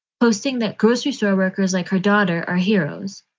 posting that grocery store workers like her daughter are heroes.